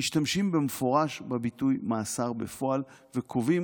משתמשים במפורש בביטוי "מאסר בפועל" וקובעים